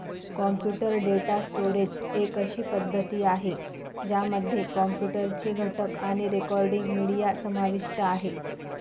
computer data storage एक अशी पद्धती आहे, ज्यामध्ये कॉम्प्युटर चे घटक आणि रेकॉर्डिंग, मीडिया समाविष्ट आहे